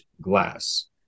glass